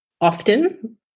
often